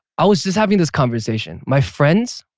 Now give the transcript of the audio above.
i was just having this conversation. my friends,